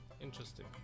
Interesting